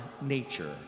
nature